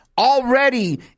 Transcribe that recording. Already